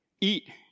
Eat